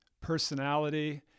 personality